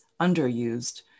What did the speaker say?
underused